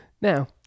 Now